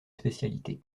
spécialité